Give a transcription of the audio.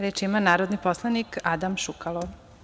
Reč ima narodni poslanik Adam Šukalo.